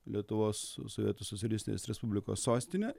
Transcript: lietuvos sovietų socialistinės respublikos sostinę